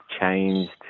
changed